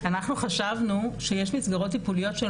אנחנו חשבנו שיש אנשים שיצטרכו אולי מסגרות טיפוליות שהן